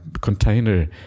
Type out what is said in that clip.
container